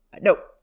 Nope